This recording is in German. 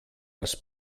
was